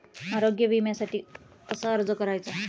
आरोग्य विम्यासाठी कसा अर्ज करायचा?